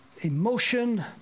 emotion